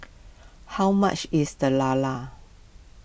how much is the Lala